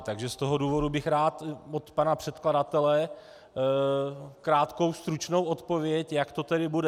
Takže z toho důvodu bych rád od pana předkladatele krátkou stručnou odpověď, jak to tedy bude.